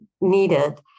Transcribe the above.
needed